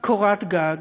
קורת גג.